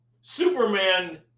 Superman